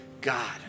God